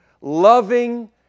loving